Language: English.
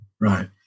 Right